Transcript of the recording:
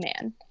man